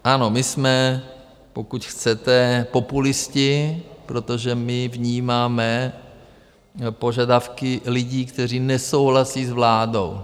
Ano, my jsme, pokud chcete, populisti, protože my vnímáme požadavky lidí, kteří nesouhlasí s vládou.